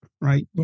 right